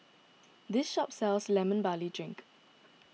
this shop sells Lemon Barley Drink